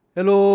Hello